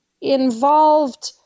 involved